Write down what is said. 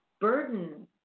burden